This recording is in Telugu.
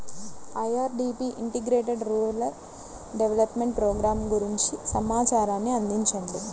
IRDP integrated rural development programme గురించి సమాచారాన్ని అందించండి?